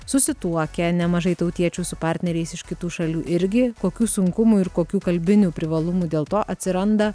susituokę nemažai tautiečių su partneriais iš kitų šalių irgi kokių sunkumų ir kokių kalbinių privalumų dėl to atsiranda